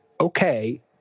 okay